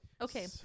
Okay